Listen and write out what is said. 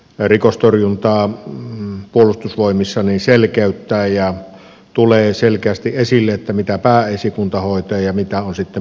selkeästi tämä rikostorjuntaa puolustusvoimissa selkeyttää ja tulee selkeästi esille mitä pääesikunta hoitaa ja mitkä ovat sitten poliisin valtuudet